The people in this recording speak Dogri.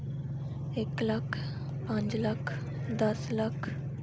इक लक्ख पंज लक्ख दस लक्ख